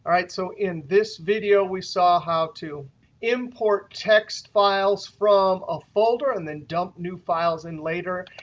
right. so in this video we saw how to import text files from a folder, and then dump new files in later.